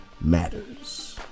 matters